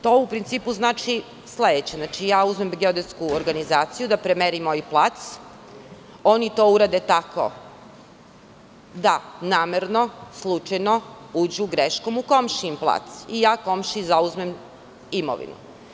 To u principu znači sledeće – uzmem geodetsku organizaciju da premeri moj plac, oni to urade tako da namerno, slučajno uđu greškom u komšijin plac i ja komšiji zauzmem imovinu.